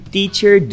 Teacher